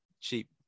Cheap